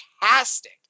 fantastic